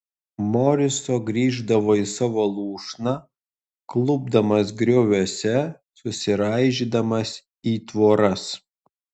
moriso grįždavo į savo lūšną klupdamas grioviuose susiraižydamas į tvoras